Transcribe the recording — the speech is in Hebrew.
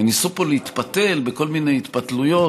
וניסו פה להתפתל בכל מיני התפתלויות.